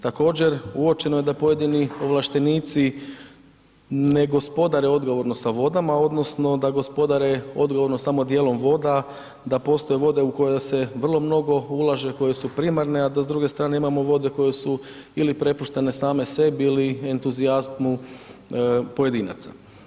Također, uočeno je da pojedini ovlaštenici ne gospodare odgovorno sa vodama odnosno da gospodare odgovorno samo djelom voda, postoje vode u koje se vrlo mnogo ulaže, koje su primarne a da s druge strane imamo vode koje su ili prepuštene ili same sebi ili entuzijazmu pojedinaca.